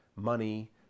money